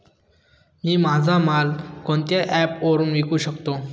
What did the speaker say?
मी माझा माल कोणत्या ॲप वरुन विकू शकतो?